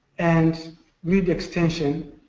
and grid extension